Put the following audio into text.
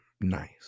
nice